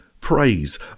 praise